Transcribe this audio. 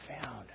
found